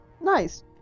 nice